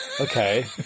okay